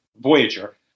Voyager